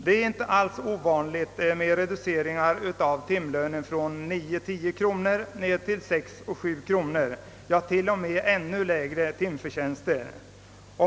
Det är inte alls ovanligt med reduceringar av timlönen från 9—10 kronor till 6-—7 kronor, ja, till och med ännu lägre timförtjänster.